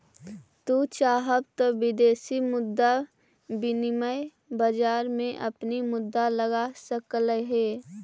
तू चाहव त विदेशी मुद्रा विनिमय बाजार में अपनी मुद्रा लगा सकलअ हे